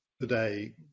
today